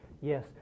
yes